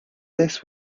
this